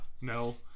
No